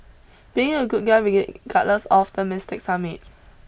being a good guy galas of the mistakes I made